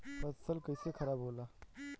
फसल कैसे खाराब होला?